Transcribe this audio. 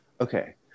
Okay